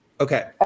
Okay